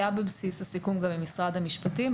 היה בבסיס הסיכום עם משרד המשפטים.